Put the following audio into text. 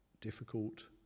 difficult